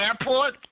Airport